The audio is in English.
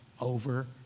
over